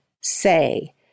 say